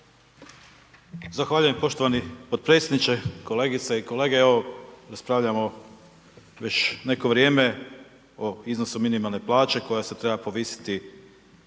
Zahvaljujem poštovani potpredsjedniče, kolegice i kolege, evo raspravljamo već neko vrijeme o iznosu minimalne plaće koja se treba povisiti